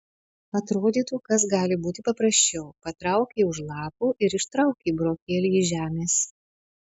atrodytų kas gali būti paprasčiau patraukei už lapų ir ištraukei burokėlį iš žemės